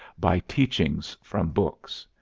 by teachings from books.